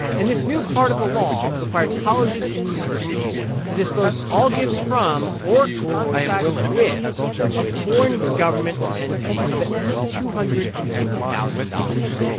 and this new part of the law required colleges and universities to disclose all gifts from or contracts with a foreign government or entity of at least two hundred and fifty thousand dollars.